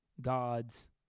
God's